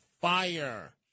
fire